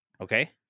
Okay